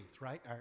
right